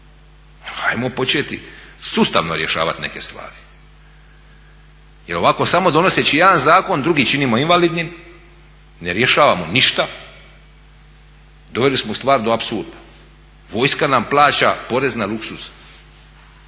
ajmo početi sustavno rješavati neke stvari jer ovako samo donoseći jedan zakon drugi činim invalidnim, ne rješavamo ništa, doveli smo stvar do apsurda. Vojska nam plaća porez na luksuz,